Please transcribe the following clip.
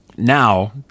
Now